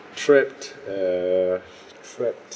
tripped uh trapped